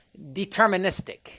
deterministic